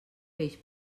peix